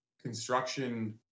construction